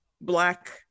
Black